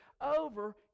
over